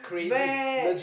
mad